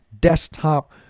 desktop